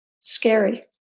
Scary